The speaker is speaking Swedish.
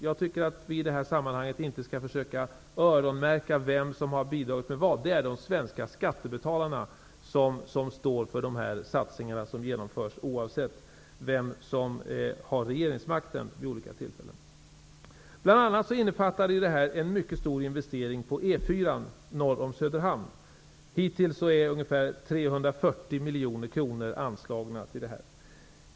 Jag tycker inte att vi i det här sammanhanget skall försöka öronmärka vem som har bidragit med vad, för det är ju de svenska skattebetalarna som står för de satsningar som görs, oavsett vem som har regeringsmakten vid olika tillfällen. Bl.a. innefattas en mycket stor investering på E 4:an norr om Söderhamn. Hittills är ungefär 340 miljoner kronor anslagna till detta.